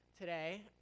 today